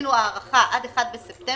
שעשינו הארכה עד 1 בספטמבר,